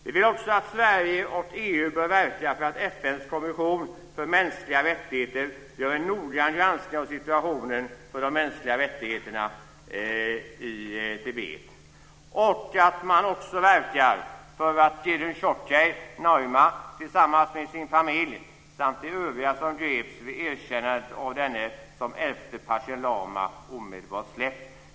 Vi anser också att Sverige och EU bör verka för att FN:s kommission för mänskliga rättigheter gör en noggrann granskning av situationen för de mänskliga rättigheterna i Tibet. Vi vill också man verkar för att Gedhun Choekyi Nyima tillsammans med sin familj samt de övriga som greps vid erkännandet av denne som den elfte Panchen lama omedelbart släpps.